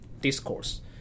discourse